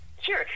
Sure